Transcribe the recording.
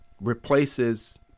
replaces